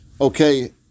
okay